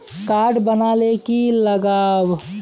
Card बना ले की लगाव?